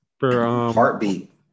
Heartbeat